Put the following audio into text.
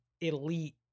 elite